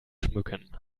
schmücken